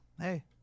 Hey